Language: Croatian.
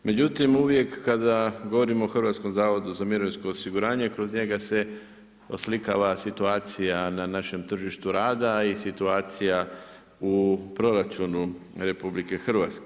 Međutim, uvijek kada govorimo o Hrvatskom zavodu za mirovinsko osiguranje kroz njega se oslikava situacija na našem tržištu rada i situacija u proračunu RH.